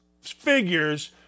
figures